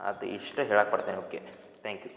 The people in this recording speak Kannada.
ಅದು ಇಷ್ಟು ಹೇಳಾಕೆ ಬರ್ತೀನಿ ಓಕೆ ತ್ಯಾಂಕ್ ಯು